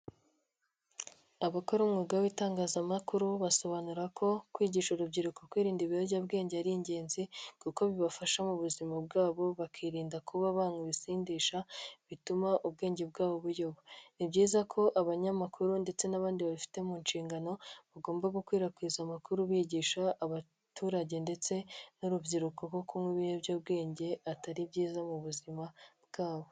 Abakora umwuga w'itangazamakuru basobanura ko kwigisha urubyiruko kwirinda ibiyobyabwenge ari ingenzi kuko bibafasha mu buzima bwabo, bakirinda kuba banywa ibisindisha bituma ubwenge bwabo buyoba. Ni byiza ko abanyamakuru ndetse n'abandi babifite mu nshingano bagomba gukwirakwiza amakuru bigisha abaturage ndetse n'urubyiruko ko kunywa ibiyobyabwenge atari byiza mu buzima bwabo.